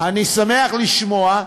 אני שמח לשמוע.